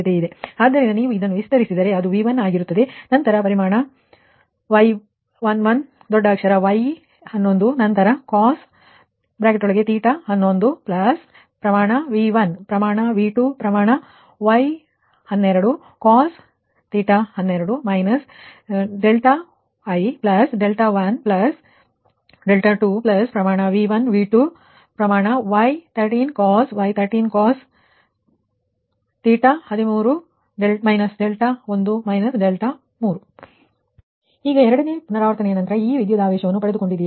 ಆದ್ದರಿಂದ ನೀವು ಇದನ್ನು ವಿಸ್ತರಿಸಿದರೆ ಅದು V1 ಆಗಿರುತ್ತದೆ ನಂತರ ಪರಿಮಾಣ Y11 ದೊಡ್ಡ ಅಕ್ಷ್ರರ Y11 ನಂತರ cos θ11 ಪ್ಲಸ್ ಪರಿಮಾಣ V1 ಪರಿಮಾಣ V2 ಪರಿಮಾಣ Y12cosθ12 − δi plus δ1 plus δ2 plus ಪರಿಮಾಣ V1 V3 ಪರಿಮಾಣ Y13cosY13cosθ13 − δ1 − δ3 ಈಗ ಎರಡನೇ ಪುನರಾವರ್ತನೆಯ ನಂತರ ಈ ವಿದ್ಯುತ್ ಆವೇಶ ವನ್ನು ಪಡೆದುಕೊಂಡಿದ್ದೀರಿ